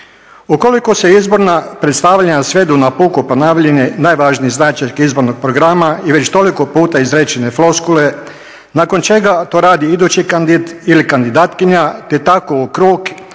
Ukoliko se izborna predstavljanja svedu na puko ponavljanje najvažnijih značajki izbornog programa i već toliko puta izrečene floskule, nakon čega to radi idući kandidat ili kandidatkinja te tako u krug,